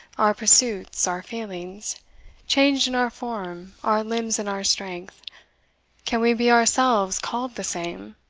our pursuits, our feelings changed in our form, our limbs, and our strength can we be ourselves called the same?